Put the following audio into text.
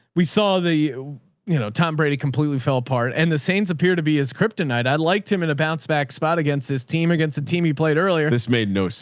we saw the you know tom brady completely fell apart and the saints appear to be as kryptonite. i liked him in a bounce-back spot against his team against the team he played earlier. this made no so